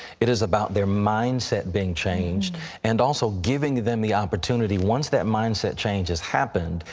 it is about their mindset being changed and also giving them the opportunity, once that mindset change has happened,